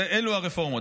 אלו הרפורמות.